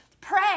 pray